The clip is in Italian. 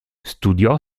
studiò